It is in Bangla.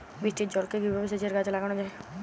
বৃষ্টির জলকে কিভাবে সেচের কাজে লাগানো য়ায়?